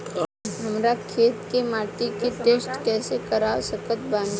हमरा खेत के माटी के टेस्ट कैसे करवा सकत बानी?